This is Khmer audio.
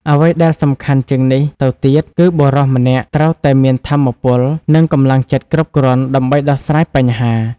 អ្វីដែលសំខាន់ជាងនេះទៅទៀត គឺបុរសម្នាក់ត្រូវតែមានថាមពល និងកម្លាំងចិត្តគ្រប់គ្រាន់ដើម្បីដោះស្រាយបញ្ហា។